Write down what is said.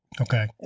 Okay